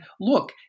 look